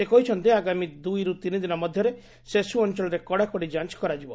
ସେ କହିଛନ୍ତି ଆଗାମୀ ଦୁଇରୁ ତିନି ଦିନ ମଧ୍ଧରେ ସେସୁ ଅଞ୍ଚଳରେ କଡାକଡି ଯାଞ୍ କରାଯିବ